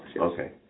Okay